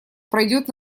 пройдет